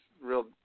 real